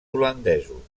holandesos